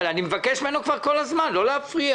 אני מבקש ממנו כל הזמן לא להפריע.